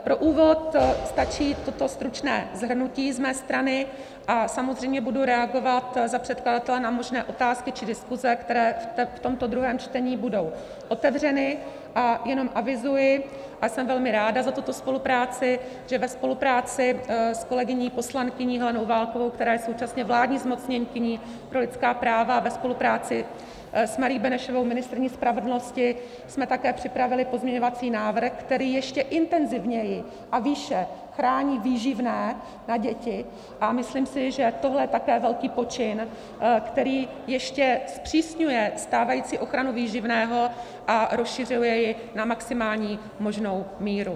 Pro úvod stačí toto stručné shrnutí z mé strany a samozřejmě budu reagovat za předkladatele na možné otázky či diskuse, které v tomto druhém čtení budou otevřeny, a jenom avizuji, a jsem velmi ráda za tuto spolupráci, že ve spolupráci s kolegyní poslankyní Helenou Válkovou, která je současně vládní zmocněnkyní pro lidská práva, a ve spolupráci s Marií Benešovou, ministryní spravedlnosti, jsme také připravili pozměňovací návrh, který ještě intenzivněji a výše chrání výživné na děti, a myslím si, že tohle je také velký počin, který ještě zpřísňuje stávající ochranu výživného a rozšiřuje ji na maximální možnou míru.